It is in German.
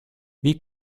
wie